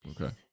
Okay